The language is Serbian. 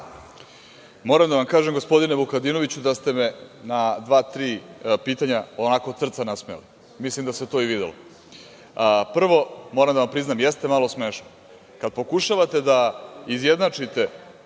Moram da vam kažem gospodine Vukadinoviću da ste me na dva-tri pitanja onako od srca nasmejali, mislim da se to i videlo. Prvo, moram da vam priznam, jeste malo smešno kad pokušavate da izjednačite